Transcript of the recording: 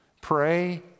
Pray